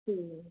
ठीक ऐ